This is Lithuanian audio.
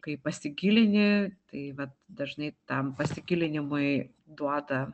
kai pasigilini tai vat dažnai tam pasigilinimui duoda